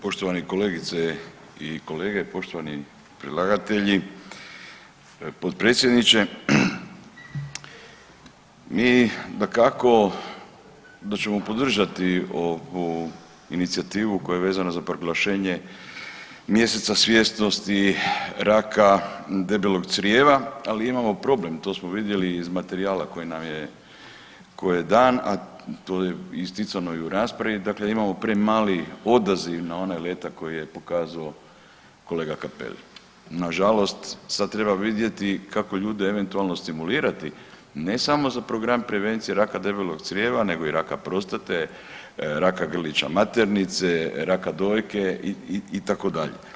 Poštovane kolegice i kolege, poštovani predlagatelji, potpredsjedniče, mi dakako da ćemo podržati ovu inicijativu koja je vezana za proglašenje Mjeseca svjesnosti raka debelog crijeva, ali imamo problem to smo vidjeli iz materijala koji nam je, koji je dan, a to je isticano i u raspravi da kad imamo premali odaziv na onaj letak koji je pokazao kolega Cappelli na žalost sad treba vidjeti kako ljude eventualno stimulirati ne samo za program prevencije raka debelog crijeva nego i raka prostate, raka grlića maternice, raka dojke itd.